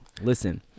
Listen